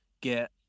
get